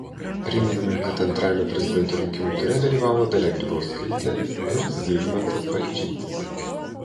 primename kad antrajame prezidento rinkimų ture dalyvavo dalia grybauskaitė ir zygmantas balčytis